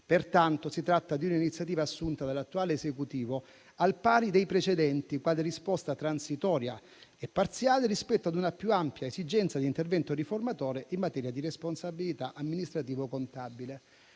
Pertanto, si tratta di un'iniziativa assunta dall'attuale Esecutivo al pari dei precedenti quale risposta transitoria e parziale rispetto a una più ampia esigenza di intervento riformatore in materia di responsabilità amministrativo-contabile.